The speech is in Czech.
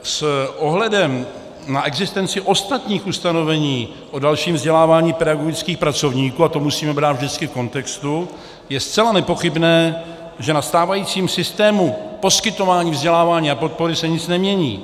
S ohledem na existenci ostatních ustanovení o dalším vzdělávání pedagogických pracovníků, a to musíme brát vždycky v kontextu, je zcela nepochybné, že na stávajícím systému poskytování vzdělávání a podpory se nic nemění.